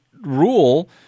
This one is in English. rule